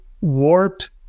warped